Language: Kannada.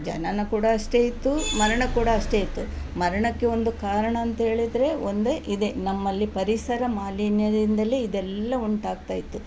ಜನನ ಕೂಡ ಅಷ್ಟೇ ಇತ್ತು ಮರಣ ಕೂಡ ಅಷ್ಟೇ ಇತ್ತು ಮರಣಕ್ಕೆ ಒಂದು ಕಾರಣ ಅಂತೇಳಿದರೆ ಒಂದೇ ಇದೇ ನಮ್ಮಲ್ಲಿ ಪರಿಸರ ಮಾಲಿನ್ಯದಿಂದಲೇ ಇದೆಲ್ಲ ಉಂಟಾಗ್ತಾಯಿತ್ತು